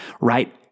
right